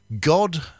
god